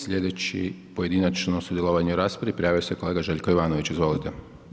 Sljedeće pojedinačno sudjelovanje u raspravi, prijavio se kolega Željko Jovanović, izvolite.